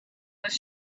was